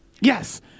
Yes